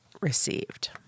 received